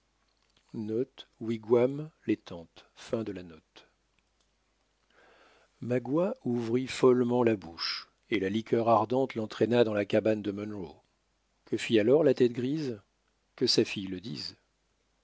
magua ouvrit follement la bouche et la liqueur ardente l'entraîna dans la cabane de munro que fit alors la tête grise que sa fille le dise